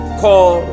call